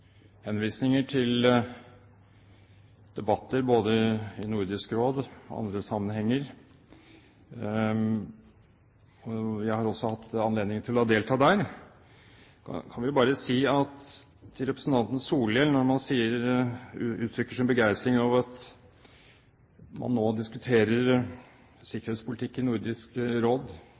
også hatt anledning til å delta der. Så til representanten Solhjell: Når han uttrykker sin begeistring over at man nå diskuterer sikkerhetspolitikk i Nordisk Råd